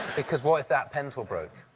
because what if that pencil broke?